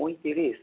পঁয়তিরিশ